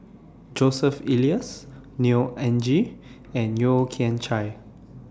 Joseph Elias Neo Anngee and Yeo Kian Chai